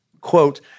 quote